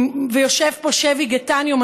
ויושבים פה שבי גטניו,